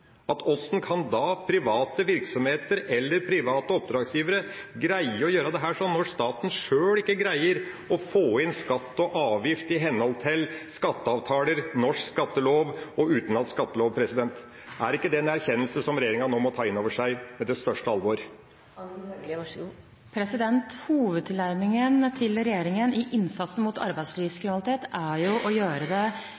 kan private virksomheter eller private oppdragsgivere greie å gjøre dette når staten sjøl ikke greier å få inn skatt og avgift i henhold til skatteavtaler, norsk skattelov og utenlandsk skattelov? Er ikke det en erkjennelse som regjeringa nå må ta inn over seg med det største alvor? Hovedtilnærmingen til regjeringen i innsatsen mot